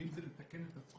ואם זה לתקן את הסכום,